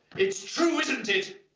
it's true isn't it!